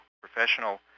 professional